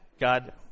God